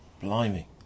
Blimey